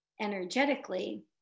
energetically